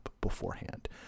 beforehand